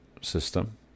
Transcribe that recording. system